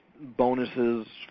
bonuses